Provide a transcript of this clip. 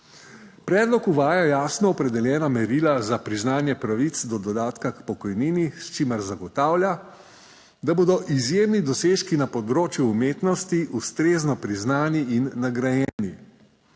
Predlog uvaja jasno opredeljena merila za priznanje pravic do dodatka k pokojnini, s čimer zagotavlja, da bodo izjemni dosežki na področju umetnosti ustrezno priznani in nagrajeni.